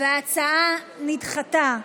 ההצעה נדחתה.